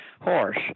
horse